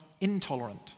intolerant